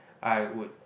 I would